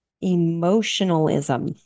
emotionalism